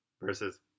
versus